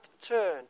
turn